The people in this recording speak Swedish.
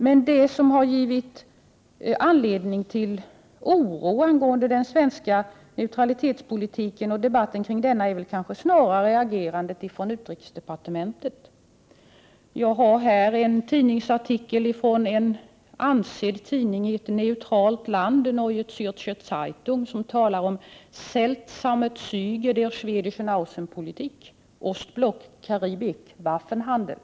Men det som har gett anledning till oro angående den svenska neutralitetspolitiken och debatten kring denna är kanske snarare utrikesdepartementets agerande. Jag har framför mig en artikel från en ansedd tidning i ett neutralt land, Neue Zärcher Zeitung, i vilken talas om seltsame Zäge der schwedischen Aussenpolitik, Ostblock-Karibik-Waffenhandel.